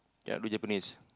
ya do Japanese